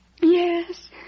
Yes